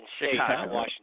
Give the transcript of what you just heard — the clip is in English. Washington